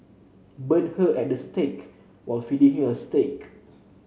burn her at the stake while feeding her a steak